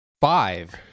Five